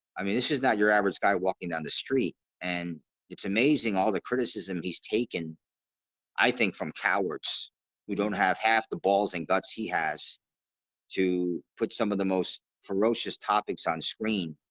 i mean, this is not your average guy walking down the street and it's amazing all the criticism. he's taken i think from cowards who don't have half the balls and guts he has to put some of the most ferocious topics on screen.